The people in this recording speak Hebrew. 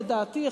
לדעתי,